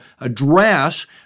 address